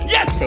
Yes